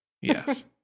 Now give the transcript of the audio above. yes